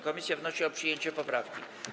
Komisja wnosi o przyjęcie poprawki.